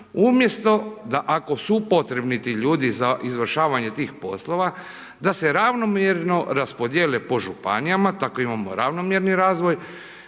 umjesto da ako su potrebni ti ljudi za izvršavanje tih poslova da se ravnomjerno raspodjele po županijama, tako imamo ravnomjerni razvoj